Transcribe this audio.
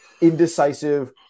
indecisive